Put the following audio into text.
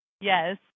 yes